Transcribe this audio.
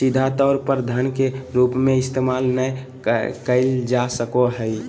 सीधा तौर पर धन के रूप में इस्तेमाल नय कइल जा सको हइ